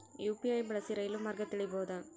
UPI ಬಳಸಿ ರೈಲು ಮಾರ್ಗ ತಿಳೇಬೋದ?